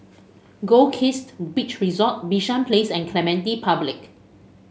Goldkist Beach Resort Bishan Place and Clementi Public